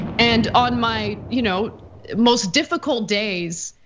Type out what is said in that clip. and on my you know most difficult days,